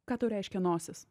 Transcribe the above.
ką tau reiškia nosis